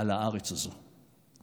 על הארץ הזאת.